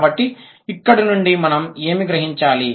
కాబట్టి ఇక్కడ నుండి మనం ఏమి గ్రహించాలి